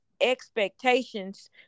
expectations